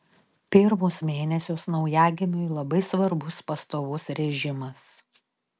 pirmus mėnesius naujagimiui labai svarbus pastovus režimas